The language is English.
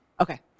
Okay